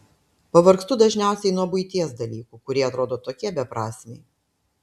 pavargstu dažniausiai nuo buities dalykų kurie atrodo tokie beprasmiai